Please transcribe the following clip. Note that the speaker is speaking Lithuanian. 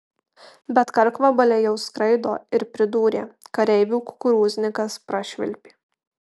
bet karkvabaliai jau skraido ir pridūrė kareivių kukurūznikas prašvilpė